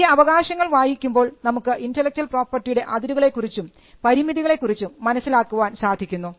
ഈ അവകാശങ്ങൾ വായിക്കുമ്പോൾ നമുക്ക് ഇന്റെലക്ച്വൽ പ്രോപ്പർട്ടിയുടെ അതിരുകളെ കുറിച്ചും പരിമിതികളെ കുറിച്ചും മനസ്സിലാക്കാൻ സാധിക്കുന്നു